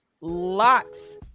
lots